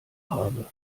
habe